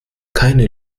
keine